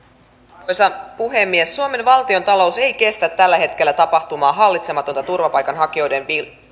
arvoisa puhemies suomen valtiontalous ei kestä tällä hetkellä tapahtuvaa hallitsematonta turvapaikanhakijoiden